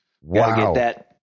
Wow